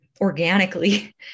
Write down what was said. organically